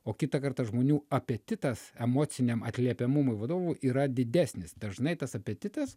o kitą kartą žmonių apetitas emociniam atliepiamumui vadovų yra didesnis dažnai tas apetitas